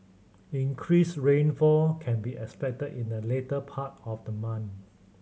increased rainfall can be expected in the later part of the month